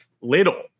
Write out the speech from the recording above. little